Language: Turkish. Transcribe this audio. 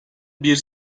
bir